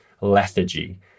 lethargy